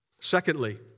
Secondly